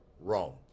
Rome